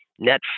Netflix